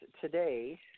today